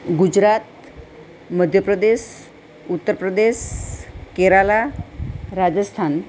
Gujarat મધ્યપ્રદેસ ઉત્તરપ્રદેસ Kerala Rajasthan